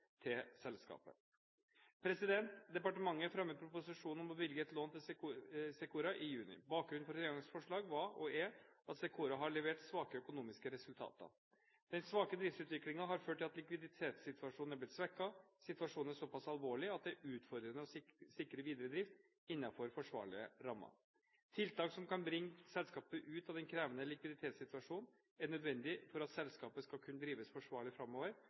til selskapet. Departementet fremmet proposisjonen om å bevilge et lån til Secora i juni. Bakgrunnen for regjeringens forslag var og er at Secora har levert svake økonomiske resultater. Den svake driftsutviklingen har ført til at likviditetssituasjonen er blitt svekket. Situasjonen er såpass alvorlig at det er utfordrende å sikre videre drift innenfor forsvarlige rammer. Tiltak som kan bringe selskapet ut av den krevende likviditetssituasjonen, er nødvendig for at selskapet skal kunne drives forsvarlig framover,